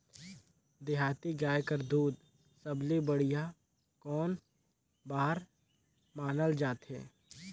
देहाती गाय कर दूध सबले बढ़िया कौन बर मानल जाथे?